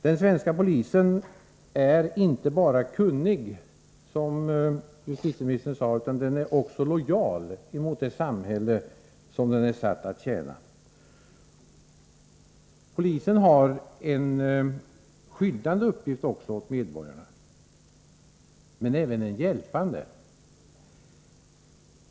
Den svenska polisen är inte bara kunnig, som justitieministern sade, utan också lojal mot det samhälle som den är satt att tjäna. Polisen har en skyddande uppgift gentemot medborgarna, men även en hjälpande.